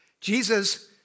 Jesus